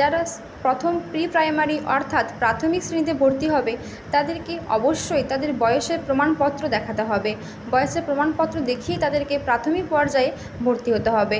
যারা প্রথম pre primary অর্থাৎ প্রাথমিক শ্রেণিতে ভর্তি হবে তাদেরকে অবশ্যই তাদের বয়সের প্রমাণপত্র দেখাতে হবে বয়সের প্রমাণপত্র দেখিয়ে তাদেরকে প্রাথমিক পর্যায়ে ভর্তি হতে হবে